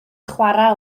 chwarae